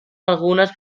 algunes